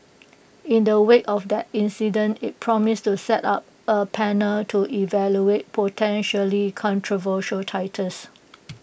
in the wake of that incident IT promised to set up A panel to evaluate potentially controversial titles